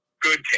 good